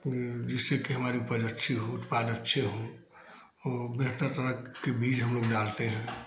ये जिससे कि हमारी उपज अच्छी हो उत्पाद अच्छे हों ओ बेहतर तरह के बीज हम लोग डालते हैं